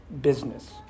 business